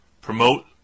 promote